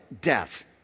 death